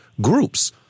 groups